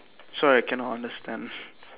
sorry I cannot understand